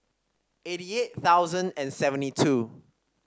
eighty eight thousand and seventy two